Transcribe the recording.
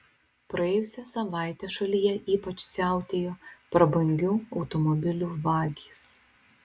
praėjusią savaitę šalyje ypač siautėjo prabangių automobilių vagys